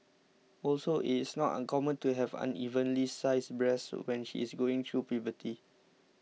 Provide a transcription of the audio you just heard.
also it is not uncommon to have unevenly sized breasts when she is going through puberty